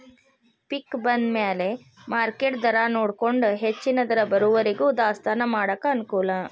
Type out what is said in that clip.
ಪಿಕ್ ಬಂದಮ್ಯಾಲ ಮಾರ್ಕೆಟ್ ದರಾನೊಡಕೊಂಡ ಹೆಚ್ಚನ ದರ ಬರುವರಿಗೂ ದಾಸ್ತಾನಾ ಮಾಡಾಕ ಅನಕೂಲ